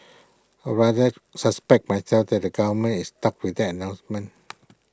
or rather suspect myself that the government is stuck with that announcement